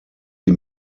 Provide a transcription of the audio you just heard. die